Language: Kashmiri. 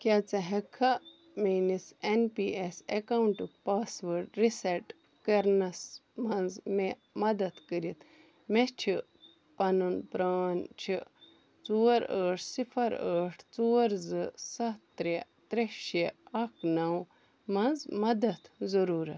کیٛاہ ژٕ ہیٚکہِ کھا میٛٲنس ایٚن پی ایٚس ایٚکاونٛٹک پاس وٲرڈ رِسیٚٹ کرنَس منٛز مےٚ مدد کٔرتھ مےٚ چھُ پنُن پرٛان چھُ ژور ٲٹھ صفر ٲٹھ ژور زٕ ستھ ترٛےٚ ترٛےٚ شےٚ اکھ نَو منٛز مدد ضروٗرت